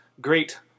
great